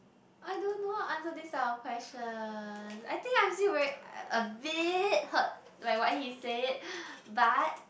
I don't know answer this type of questions I think I feel very a bit hurt like what he said but